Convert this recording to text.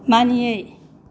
मानियै